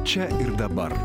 čia ir dabar